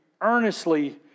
earnestly